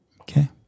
Okay